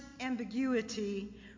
ambiguity